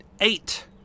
eight